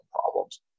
problems